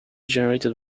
generated